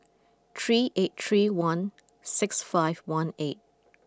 three eight three one six five one eight